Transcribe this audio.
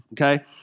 Okay